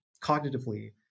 cognitively